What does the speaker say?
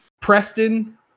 Preston